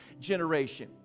generation